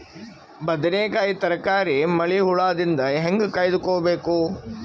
ಬದನೆಕಾಯಿ ತರಕಾರಿ ಮಳಿ ಹುಳಾದಿಂದ ಹೇಂಗ ಕಾಯ್ದುಕೊಬೇಕು?